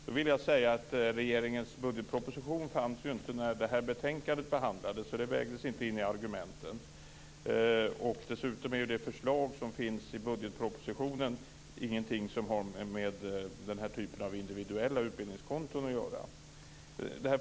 Då vill jag säga att regeringens budgetproposition inte fanns när det här betänkandet behandlades. Den vägdes inte in i argumenten. Dessutom är de förslag som finns i budgetpropositionen ingenting som har med den här typen av individuella utbildningskonton att göra.